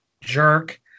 Jerk